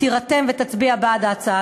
תירתם ותצביע בעדה.